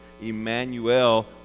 Emmanuel